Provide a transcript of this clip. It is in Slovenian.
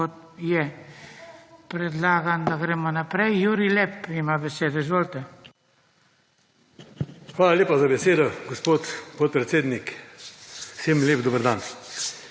Hvala lepa za besedo, gospod podpredsednik. Vsem lep dober dan.